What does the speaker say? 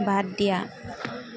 বাদ দিয়া